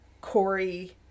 Corey